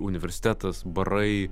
universitetas barai